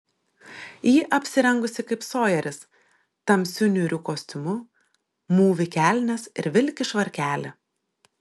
ji apsirengusi kaip sojeris tamsiu niūriu kostiumu mūvi kelnes ir vilki švarkelį